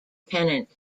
pennant